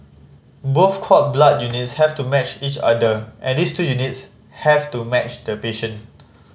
both cord blood units have to match each other and these two units have to match the patient